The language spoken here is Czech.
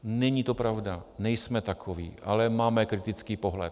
Není to pravda, nejsme takoví, ale máme kritický pohled.